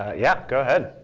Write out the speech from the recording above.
ah yeah, go ahead.